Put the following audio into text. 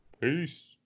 Peace